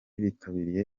bitabiriye